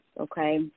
Okay